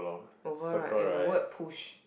oval right and the word push